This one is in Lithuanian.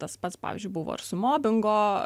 tas pats pavyzdžiui buvo ir su mobingo